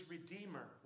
Redeemer